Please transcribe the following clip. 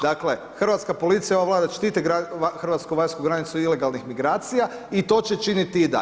Dakle, hrvatska policija i ova Vlada štite hrvatsku vanjsku granicu od ilegalnih migracija i to će činiti i dalje.